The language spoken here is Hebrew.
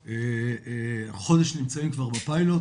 אנחנו חודש נמצאים כבר בפיילוט.